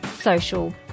social